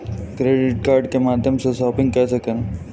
Credit card के माध्यम से शॉपिंग कैसे करें?